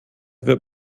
wird